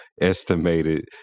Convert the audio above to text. estimated